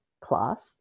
class